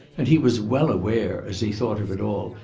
and he was well aware, as he thought of it all,